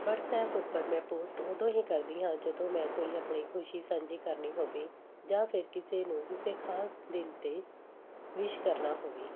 WhatsApp ਉੱਪਰ ਮੈਂ post ਉਦੋਂ ਹੀ ਕਰਦੀ ਹਾਂ ਜਦੋਂ ਮੈਂ ਕੋਈ ਆਪਣੀ ਖੁਸ਼ੀ ਸਾਂਝੀ ਕਰਨੀ ਹੋਵੇ ਜਾਂ ਫਿਰ ਕਿਸੇ ਨੂੰ ਕਿਸੇ ਖ਼ਾਸ ਦਿਨ 'ਤੇ ਵਿਸ਼ ਕਰਨਾ ਹੋਵੇ